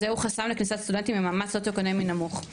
ג׳- חסם לכניסת סטודנטים ממעמד סוציו אקונומי נמוך.